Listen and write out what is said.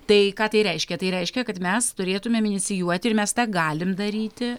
tai ką tai reiškia tai reiškia kad mes turėtumėm inicijuoti ir mes tą galim daryti